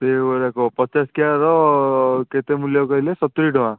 ସେହି ଭଳିଆ କ ପଚାଶ କିଆର କେତେ ମୂଲ୍ୟ କହିଲେ ସତୁରୀ ଟଙ୍କା